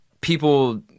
people